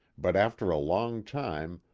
but after a long time,